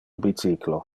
bicyclo